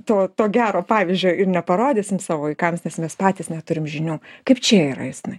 to to gero pavyzdžio ir neparodysim savo vaikams nes mes patys neturim žinių kaip čia yra justinai